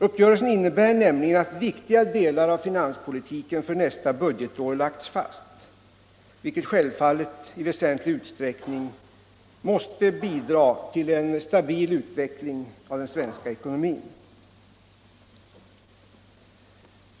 Uppgörelsen innebär nämligen att viktiga delar av finanspolitiken för nästa budgetår lagts fast, vilket självfallet i väsentlig utsträckning måste bidra till en stabil utveckling av den svenska ekonomin.